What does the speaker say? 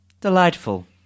Delightful